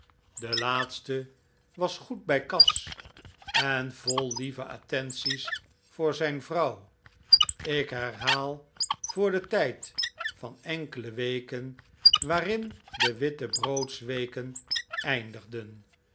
de laatste was goed bij kas en vol lieve attenties voor zijn vrouw r ik herhaal voor den tijd van enkele weken waarin de wittebroodsweken eindigden